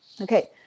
okay